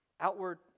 Outward